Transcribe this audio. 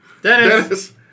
Dennis